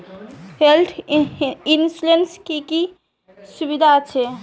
Health insurance এ কি কি সুবিধা আছে?